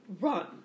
run